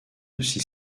aussi